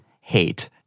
hate